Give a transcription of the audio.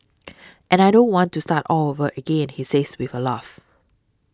and I don't want to start all over again he says with a laugh